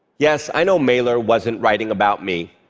yes, i know mailer wasn't writing about me.